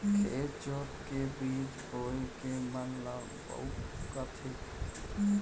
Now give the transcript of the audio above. खेत जोत के बीज बोए के काम ल बाउक कथें